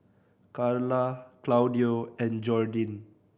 Carla Claudio and Jordin